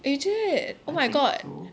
is it oh my god